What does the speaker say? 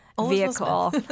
vehicle